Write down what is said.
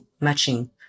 matching